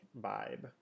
vibe